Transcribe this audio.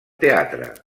teatre